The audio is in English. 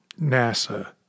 NASA